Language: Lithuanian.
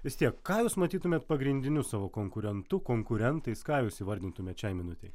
vis tiek ką jūs matytumėt pagrindiniu savo konkurentu konkurentais ką jūs įvardintumėt šiai minutei